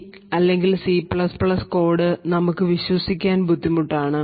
CC code നമുക്ക് വിശ്വസിക്കാൻ ബുദ്ധിമുട്ടാണ്